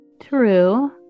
True